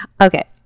Okay